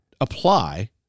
apply